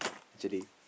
actually